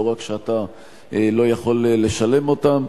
לא רק שאתה לא יכול לשלם אותם.